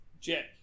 Jack